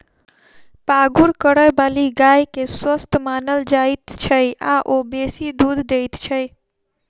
पागुर करयबाली गाय के स्वस्थ मानल जाइत छै आ ओ बेसी दूध दैत छै